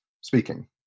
speaking